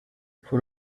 for